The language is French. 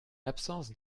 absence